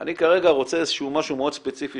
אני כרגע רוצה איזה שהוא משהו מאוד ספציפי